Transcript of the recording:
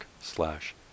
slash